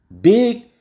big